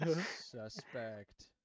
Suspect